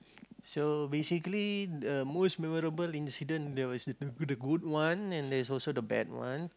so basically the most memorable incident there was the goo~ the good one and there is also the bad one